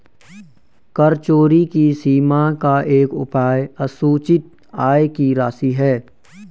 कर चोरी की सीमा का एक उपाय असूचित आय की राशि है